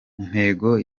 intego